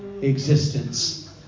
existence